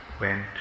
went